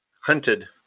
Hunted